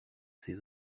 ses